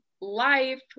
life